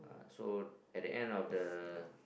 so at the end of the